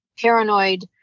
paranoid